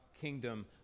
kingdom